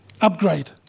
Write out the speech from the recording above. upgrade